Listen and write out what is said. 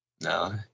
No